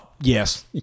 yes